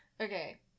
Okay